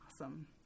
awesome